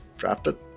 Drafted